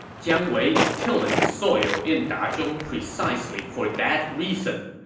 jiang wei is toiling the soil in dazhong precisely for that reason.